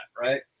right